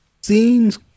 scenes